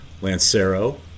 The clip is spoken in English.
Lancero